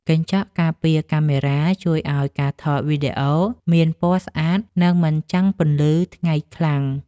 កញ្ចក់ការពារកាមេរ៉ា ជួយឱ្យការថតវីដេអូមានពណ៌ស្អាត និងមិនចាំងពន្លឺថ្ងៃខ្លាំង។